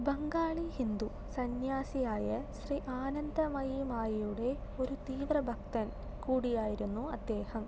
ബംഗാളി ഹിന്ദു സന്യാസിയായ ശ്രീ ആനന്ദമയ്യിമായയുടെ ഒരു തീവ്ര ഭക്തൻ കൂടിയായിരുന്നു അദ്ദേഹം